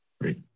Great